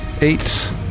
eight